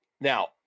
Now